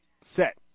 set